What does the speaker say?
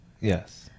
yes